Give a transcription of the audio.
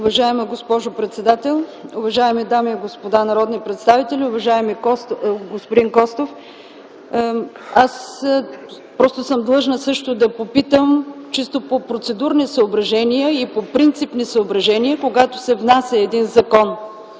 Уважаема госпожо председател, уважаеми дами и господа народни представители, уважаеми господин Костов! Длъжна съм също да попитам, чисто по процедурни и по принципни съображения, когато се внася един закон